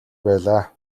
байлаа